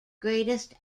greatest